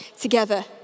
together